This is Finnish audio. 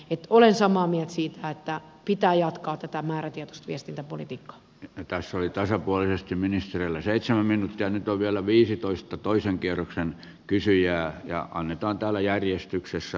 et ole samaa mieltä siitä että pitää jatkaa tätä määrätietoista viestintäpolitiikkaa etäisyytensä huolehti ministeriöllä seitsemän minuuttia ja talvella viisitoista toisen kierroksen kysyjää ja onnetonta ole järjestyksessä